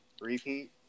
repeat